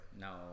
no